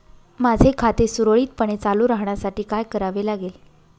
माझे खाते सुरळीतपणे चालू राहण्यासाठी काय करावे लागेल?